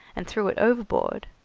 and threw it overboard.